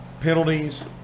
penalties